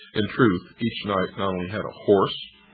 in truth, each knight now only had a horse,